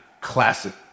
classic